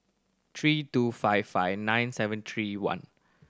three two five five nine seven three one